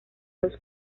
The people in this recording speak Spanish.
los